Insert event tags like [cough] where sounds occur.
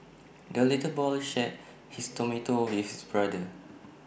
the little boy shared his tomato [noise] with his brother